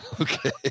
Okay